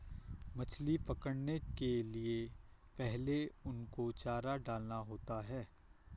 मछली पकड़ने के लिए पहले उनको चारा डालना होता है